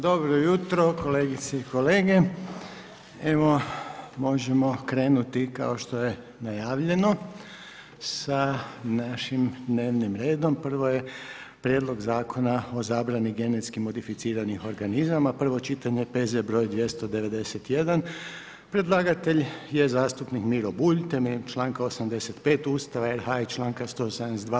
Dobro jutro kolegice i kolege, evo, možemo krenuti, kao što je najavljeno sa našim dnevnom redom, prvo je: - Prijedlog Zakona o zabrani genetski modificiranih organizama, prvo čitanje, P.Z. br. 291 Predlagatelj je zastupnik Miro Bulj temeljem čl. 85 Ustava RH i čl.172.